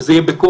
וזה יהיה בכוח,